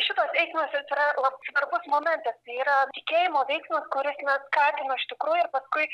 šitos eisenos atsira la svarbus momentas yra tikėjimo veiksmas kuris na skatino iš tikrųjų ir paskui